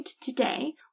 today